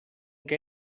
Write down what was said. que